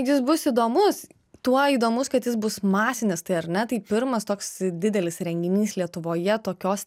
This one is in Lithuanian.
jis bus įdomus tuo įdomus kad jis bus masinis tai ar ne tai pirmas toks didelis renginys lietuvoje tokios